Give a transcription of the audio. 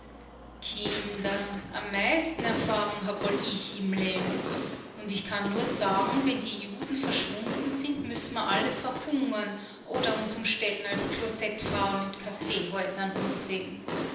kinder am meisten erfahrung habe wohl ich im leben und ich kann nur sagen wenn die juden verschwunden sind müssen wir alle verhungern oder uns um stellen als klosettfrauen in kaffeehäusern umsehen